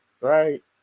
right